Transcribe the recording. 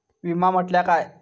विमा म्हटल्या काय?